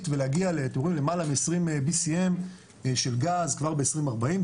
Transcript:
ולהגיע ללמעלה מ-20 BCM של גז כבר ב-2040,